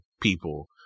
people